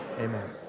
Amen